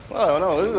oh,